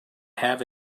have